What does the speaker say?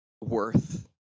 worth